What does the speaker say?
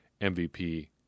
MVP